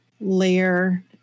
layer